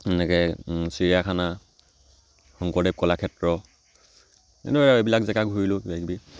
এনেকৈ চিৰিয়াখানা শংকৰদেৱ কলাক্ষেত্ৰ এনেদৰে এইবিলাক জেগা ঘূৰিলোঁ কিবা কিবি